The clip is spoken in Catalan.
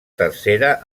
tercera